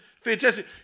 fantastic